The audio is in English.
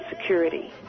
security